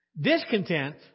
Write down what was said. Discontent